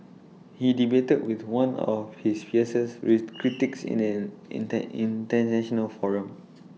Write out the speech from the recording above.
he debated with one of his fiercest with critics in an intern International forum